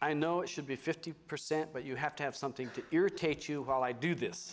i know it should be fifty percent but you have to have something to irritate you while i do this